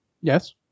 Yes